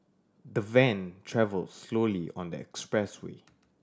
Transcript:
the van travelled slowly on the expressway